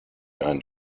einen